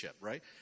right